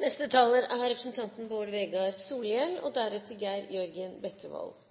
Eg vil takke interpellanten for å ta å opp eit viktig tema og